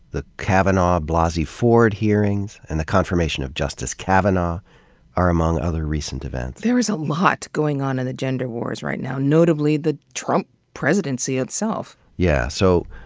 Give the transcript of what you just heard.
the kavanaugh-blasey ford hearings and the confirmation of justice kavanaugh are among other recent events. there's a lot going on in the gender wars right now, notably the trump presidency itself. yeah. so,